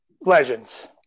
Legends